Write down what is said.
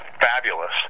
fabulous